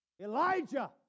Elijah